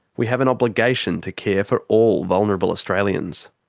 we have an obligation to care for all vulnerable australians.